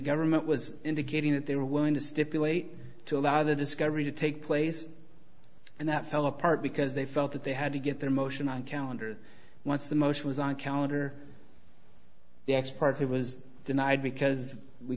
government was indicating that they were willing to stipulate to allow the discovery to take place and that fell apart because they felt that they had to get their motion on calendar once the motion was on calender the x party was denied because we